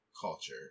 culture